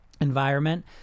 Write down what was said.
environment